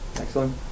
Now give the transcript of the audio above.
Excellent